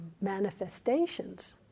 manifestations